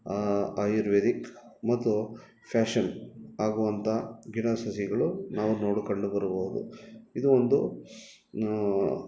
ಆಯುರ್ವೇದಿಕ್ ಮತ್ತು ಫ್ಯಾಶನ್ ಆಗುವಂಥ ಗಿಡ ಸಸಿಗಳು ನಾವು ನೋಡಿ ಕಂಡುಬರಬೋದು ಇದು ಒಂದು